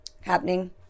Happening